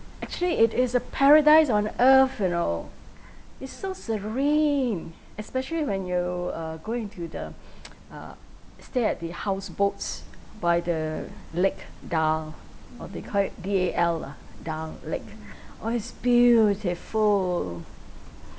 actually it is a paradise on earth you know it's so serene especially when you uh go into the ugh stay at the houseboats by the lake dal or they call it D A L lah dal lake oh is beautiful